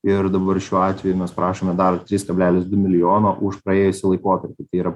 ir dabar šiuo atveju mes prašome dar trys kablelis du milijono už praėjusį laikotarpį tai yra